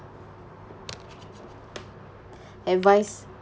advise